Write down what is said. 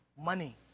money